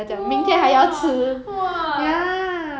!whoa! !whoa!